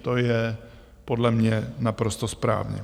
To je podle mě naprosto správně.